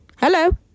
Hello